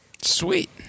Sweet